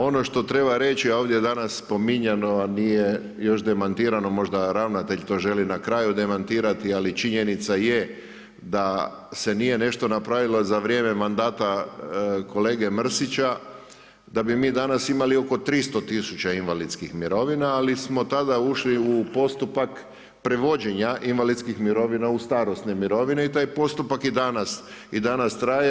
Ono što treba reći a ovdje je danas spominjano a nije još demantirano, možda ravnatelj to želi na kraju demantirati ali činjenica je da se nije nešto napravilo za vrijeme mandata kolege Mrsića da bi mi danas imali oko 300 tisuća invalidskih mirovina ali smo tada ušli u postupak prevođenja invalidskih mirovina u starosne mirovine i taj postupak i danas traje.